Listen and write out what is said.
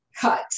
cut